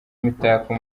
imitako